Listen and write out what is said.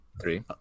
three